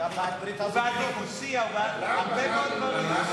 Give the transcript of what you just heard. הוא בעד הרבה מאוד דברים.